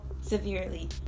severely